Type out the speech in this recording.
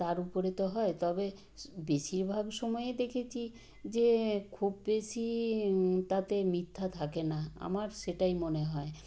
তার উপরে তো হয় তবে বেশিরভাগ সময়ে দেখেচি যে খুব বেশি তাতে মিথ্যা থাকে না আমার সেটাই মনে হয়